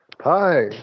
Hi